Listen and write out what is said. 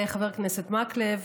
חבר הכנסת מקלב,